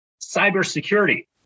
cybersecurity